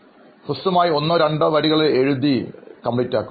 ഒരു ഹ്രസ്വമായി ഒന്നോ രണ്ടോ വരികളിൽ എഴുതി മുഴുമിപ്പിക്കും